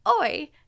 Oi